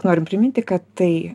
noriu jum priminti kad tai